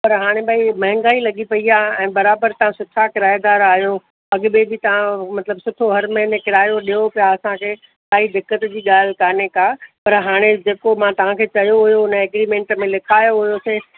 पर हाणे भई महंगाई लॻी पई आहे ऐं बराबरि तव्हां सुठा किरायेदार आहियो अॻ में बि तव्हां मतिलबु सुठो हर महीने किरायो ॾियो पिया असांखे काई दिक़त जी ॻाल्हि काने का पर हाणे जेको मां तव्हांखे चयो हुयो हुन एग्रीमेंट में लिखायो हुयोसीं